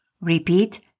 Repeat